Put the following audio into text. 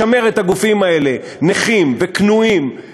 לשמר את הגופים האלה נכים וכנועים,